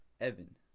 Evan